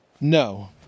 no